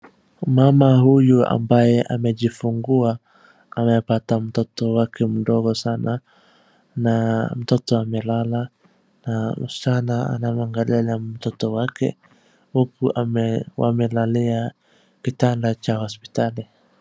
Mama huyu ambaye amejifungua, amepata mtoto wake mdogo sana na mtoto amelala na msichana anamwangalia mtoto wake huku wamelalia kitanda cha hospitali.